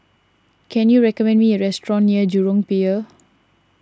can you recommend me a restaurant near Jurong Pier